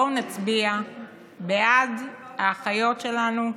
בואו נצביע בעד האחיות שלנו,